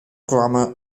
grammar